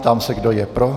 Ptám se, kdo je pro.